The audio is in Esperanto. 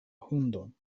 hundon